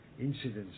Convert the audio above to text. incidents